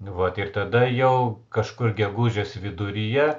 vot ir tada jau kažkur gegužės viduryje